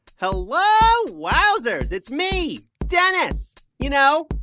hello, wowzers. it's me, dennis you know,